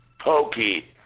Pokey